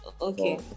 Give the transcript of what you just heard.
Okay